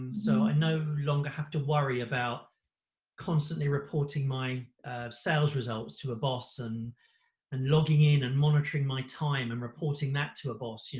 so i and no longer have to worry about constantly reporting my sales results to a boss and and logging in and monitoring my time and reporting that to a boss, you